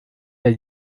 der